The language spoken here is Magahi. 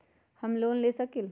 हम लोन ले सकील?